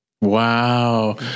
Wow